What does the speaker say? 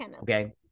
okay